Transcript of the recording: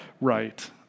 right